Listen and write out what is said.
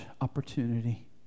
opportunity